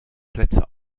plätze